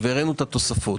והראינו את התוספות.